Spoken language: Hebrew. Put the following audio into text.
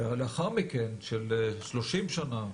ולאחר מכן של 30 שנה,